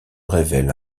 révèle